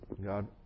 God